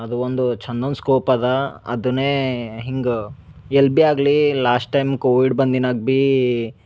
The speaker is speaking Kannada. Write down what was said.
ಅದು ಒಂದು ಚಂದ್ ಒಂದು ಸ್ಕೋಪ್ ಅದಾ ಅದನ್ನೇ ಹಿಂಗ ಎಲ್ ಬಿ ಆಗಲಿ ಲಾಸ್ಟ್ ಟೈಮ್ ಕೋವಿಡ್ ಬಂದಿನಾಗ ಬೀ